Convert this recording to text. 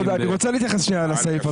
אני הייתי אומר שלושה ילדים וכלב נחיה.